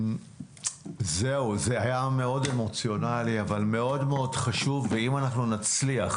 זה היה מאוד אמוציונלי אבל מאוד מאוד חשוב ואם אנחנו נצליח